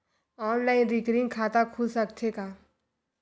Online recurring खाता खुल सकथे का?